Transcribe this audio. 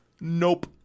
Nope